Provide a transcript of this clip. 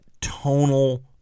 tonal